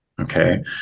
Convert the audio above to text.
okay